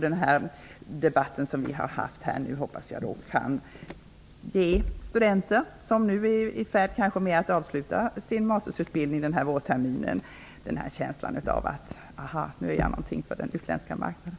Den debatt som vi har fört hoppas jag kan ge studenter som den här vårterminen är i färd med att avsluta sin mastersutbildning en ahaupplevelse: Nu är jag någonting för den utländska marknaden!